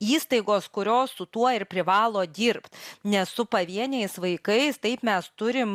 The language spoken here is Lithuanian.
įstaigos kurios su tuo ir privalo dirbt nes su pavieniais vaikais taip mes turim